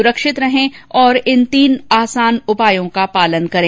सुरक्षित रहें और इन तीन आसान उपायों का पालन करें